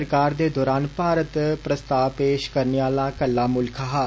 सरकार दौरान भारत प्रस्ताव पेष करने आहला कल्ला मुल्ख हा